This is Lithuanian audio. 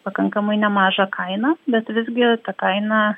pakankamai nemažą kainą bet visgi ta kaina